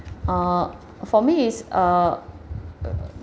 uh for me it's uh uh